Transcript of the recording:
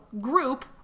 group